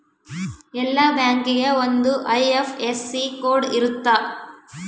ಎಲ್ಲಾ ಬ್ಯಾಂಕಿಗೆ ಒಂದ್ ಐ.ಎಫ್.ಎಸ್.ಸಿ ಕೋಡ್ ಇರುತ್ತ